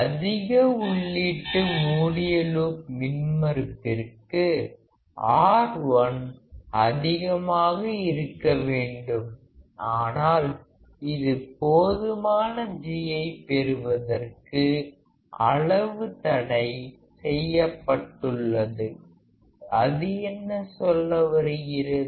அதிக உள்ளீட்டு மூடிய லூப் மின்மறுப்பிற்கு R1 அதிகமாக இருக்க வேண்டும் ஆனால் இது போதுமான G ஐ பெறுவதற்கு அளவு தடை செய்யப்பட்டுள்ளது அது என்ன சொல்ல வருகிறது